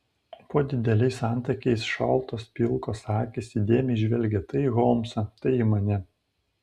po dideliais antakiais šaltos pilkos akys įdėmiai žvelgė tai į holmsą tai į mane